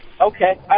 Okay